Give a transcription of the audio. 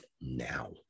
now